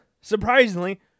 surprisingly